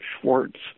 Schwartz